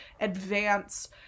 advance